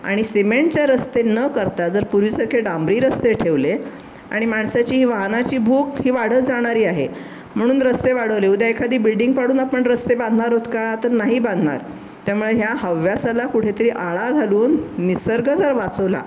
आणि सिमेंटचे रस्ते न करता जर पूर्वीसारखे डांबरी रस्ते ठेवले आणि माणसाची ही वाहनाची भूक ही वाढत जाणारी आहे म्हणून रस्ते वाढवले उद्या एखादी बिल्डिंग पाडून आपण रस्ते बांधणार आहोत का तर नाही बांधणार त्यामुळे ह्या हव्यासाला कुठेतरी आळा घालून निसर्ग जर वाचवला